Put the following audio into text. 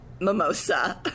mimosa